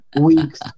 weeks